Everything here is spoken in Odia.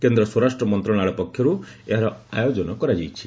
କେନ୍ଦ୍ର ସ୍ୱରାଷ୍ଟ୍ର ମନ୍ତ୍ରଣାଳୟ ପକ୍ଷରୁ ଏହାର ଆୟୋଜନ କରାଯାଇଛି